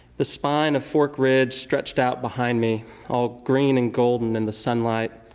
the spine of fork ridge stretched out behind me all green and golden in the sunlight,